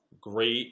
great